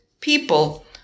people